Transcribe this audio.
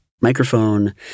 microphone